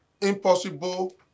Impossible